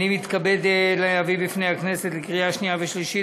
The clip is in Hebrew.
אני מתכבד להביא בפני הכנסת לקריאה שנייה ושלישית